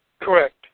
Correct